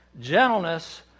gentleness